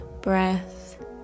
breath